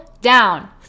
down